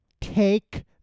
take